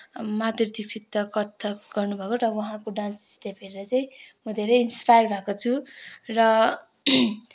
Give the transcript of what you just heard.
अब माधुरी दीक्षित त कथक गर्नुभएको र उहाँको डान्स स्टेप हेरेर चाहिँ म धेरै इन्सपायर्ड भएको छु र